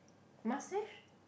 must they